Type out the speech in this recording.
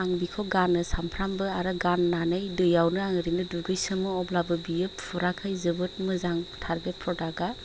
आं बिखौ गानो सामफ्रामबो आरो गान्नानै दैयावनो आङो ओरैनो दुगैसोमो अब्लाबो बियो फुराखै जोबोद मोजांथार बे प्रडाक्ट आ